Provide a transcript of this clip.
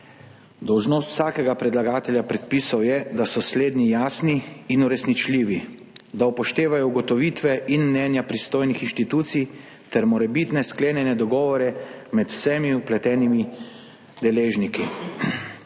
Dolžnost vsakega predlagatelja predpisov je, da so slednji jasni in uresničljivi, da upoštevajo ugotovitve in mnenja pristojnih institucij ter morebitne sklenjene dogovore med vsemi vpletenimi deležniki.